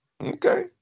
Okay